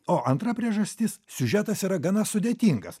o antra priežastis siužetas yra gana sudėtingas